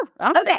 Okay